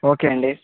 okay అండి